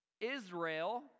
Israel